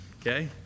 Okay